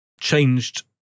changed